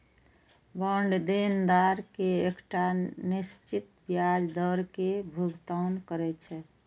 bond देनदार कें एकटा निश्चित ब्याज दर के भुगतान करै छै